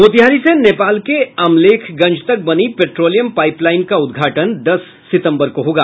मोतिहारी से नेपाल के अमलेखगंज तक बनी पेट्रोलियम पाइप लाइन का उद्घाटन दस सिंतबर को होगा